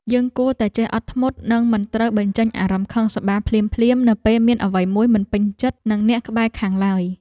យើងគួរតែចេះអត់ធ្មត់និងមិនត្រូវបញ្ចេញអារម្មណ៍ខឹងសម្បារភ្លាមៗនៅពេលមានអ្វីមួយមិនពេញចិត្តនឹងអ្នកក្បែរខាងឡើយ។